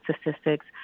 statistics